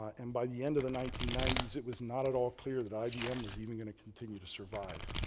and by the end of the nineteen ninety s, it was not at all clear that ibm was even going to continue to survive.